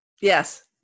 Yes